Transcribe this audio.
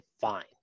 fine